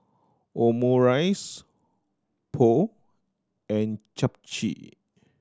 Omurice Pho and Japchae